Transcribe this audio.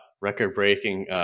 Record-breaking